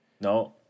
No